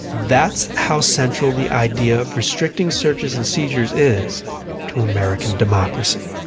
that's how central the idea of restricting searches and seizures is to american democracy.